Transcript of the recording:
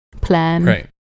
plan